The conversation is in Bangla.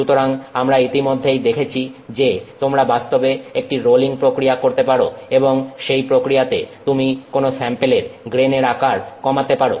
সুতরাং আমরা ইতিমধ্যেই দেখেছি যে তোমরা বাস্তবে একটি রোলিং প্রক্রিয়া করতে পারো এবং সেই প্রক্রিয়ায় তুমি কোন স্যাম্পেলের গ্রেনের আকার কমাতে পারো